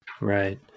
right